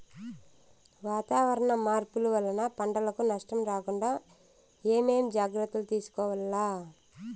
వాతావరణ మార్పులు వలన పంటలకు నష్టం రాకుండా ఏమేం జాగ్రత్తలు తీసుకోవల్ల?